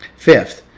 fifth,